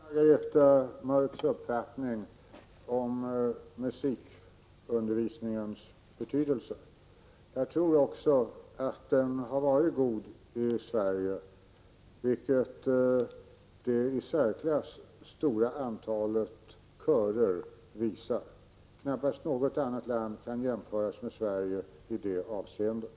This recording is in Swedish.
Herr talman! Jag delar Margareta Mörcks uppfattning om musikundervisningens betydelse. Jag tror också att denna utbildning har varit mycket god i Sverige, vilket det i särklass stora antalet körer visar. Knappast något annat land kan jämföras med Sverige i det avseendet.